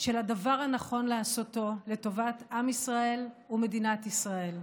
של הדבר הנכון לעשות לטובת עם ישראל ומדינת ישראל.